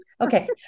Okay